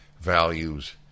values